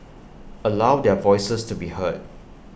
allow their voices to be heard